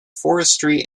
forestry